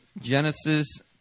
Genesis